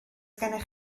gennych